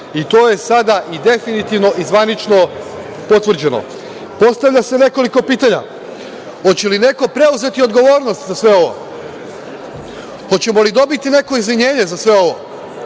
i to je sada i definitivno i zvanično potvrđeno. Postavlja se nekoliko pitanja: hoće li neko preuzeti odgovornost za sve ovo, hoćemo li dobiti neko izvinjenje za sve ovo,